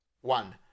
One